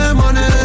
money